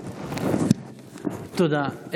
תודה.